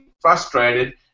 frustrated